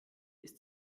ist